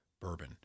bourbon